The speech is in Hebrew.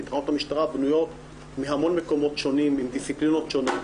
כי תחנות המשטרה בנויות מהמון מקומות שונים עם דיסציפלינות שונות,